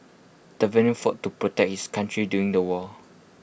the veteran fought to protect his country during the war